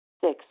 Six